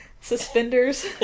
suspenders